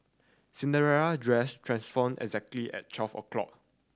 Cinderella dress transformed exactly at twelve o'clock